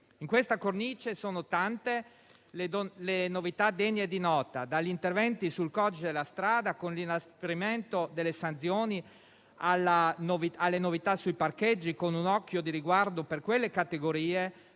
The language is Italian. In questa cornice sono tante le novità degne di nota, dagli interventi sul codice della strada, con l'inasprimento delle sanzioni, a quelli sui parcheggi, con un occhio di riguardo per quelle categorie